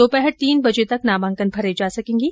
दोपहर तीन बजे तक नामांकन भरे जा सके गे